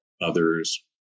others